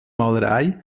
malerei